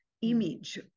image